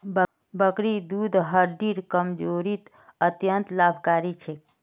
बकरीर दूध हड्डिर कमजोरीत अत्यंत लाभकारी छेक